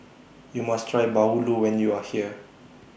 YOU must Try Bahulu when YOU Are here